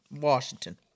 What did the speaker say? Washington